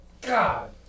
God